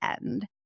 end